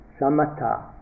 samatha